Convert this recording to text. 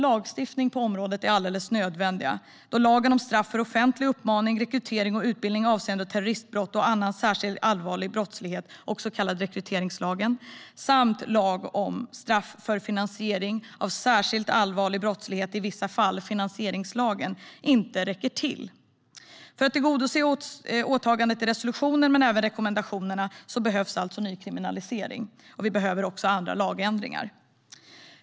Lagstiftning på området är helt nödvändigt då lagen om straff för offentlig uppmaning, rekrytering och utbildning avseende terroristbrott och annan särskilt allvarlig brottslighet, också kallad rekryteringslagen, samt lagen om straff för finansiering av särskilt allvarlig brottslighet i vissa fall, finansieringslagen, inte räcker till. För att tillgodose åtagandet i resolutionen men även rekommendationerna behövs alltså nykriminalisering och andra lagändringar.